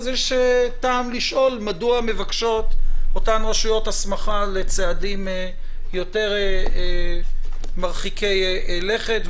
יש טעם לשאול מדוע מבקשות אותן רשויות הסמכה לצעדים יותר מרחיקי לכת.